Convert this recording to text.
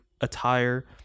attire